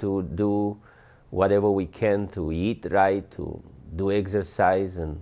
to do whatever we can to eat the right to do exist size and